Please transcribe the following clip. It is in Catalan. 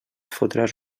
fotràs